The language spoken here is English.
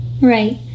Right